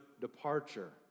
departure